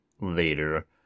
later